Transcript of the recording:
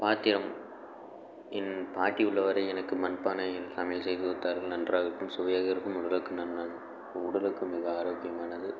பாத்திரம் என் பாட்டி உள்ளவரை எனக்கு மண் பானையில் சமையல் செய்து கொடுத்தார்கள் நன்றாக இருக்கும் சுவையாக இருக்கும் உடலுக்கு நன்னன் உடலுக்கும் மிக ஆரோக்கியமானது